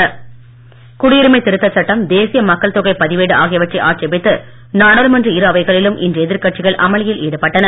குடியுரிமை திருத்த சட்டம் குடியுரிமை திருத்த சட்டம் தேசிய மக்கள் தொகை பதிவேடு ஆகியவற்றை ஆட்சேபித்து நாடாளுமன்ற இரு அவைகளிலும் இன்று எதிர்கட்சிகள் அமளியில் ஈடுபட்டன